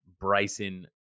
Bryson